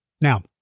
Now